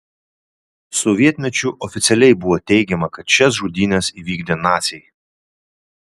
sovietmečiu oficialiai buvo teigiama kad šias žudynes įvykdė naciai